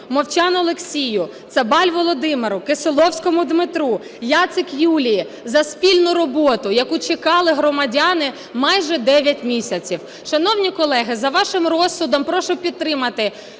Мовчану Олексію, Цабалю Володимиру, Кисилевському Дмитру, Яцик Юлії за спільну роботу, яку чекали громадяни майже 9 місяців. Шановні колеги, за вашим розсудом прошу підтримати,